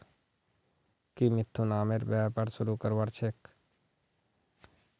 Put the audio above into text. की मिथुन आमेर व्यापार शुरू करवार छेक